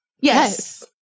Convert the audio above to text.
Yes